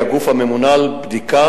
שהיא הגוף הממונה על בדיקה,